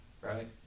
right